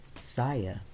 Saya